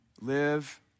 live